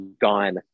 gone